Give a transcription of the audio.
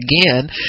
again